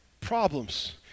problems